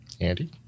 Andy